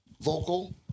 vocal